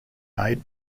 made